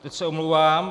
Teď se omlouvám.